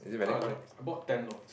quite a lot about ten lots